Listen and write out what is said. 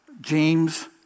James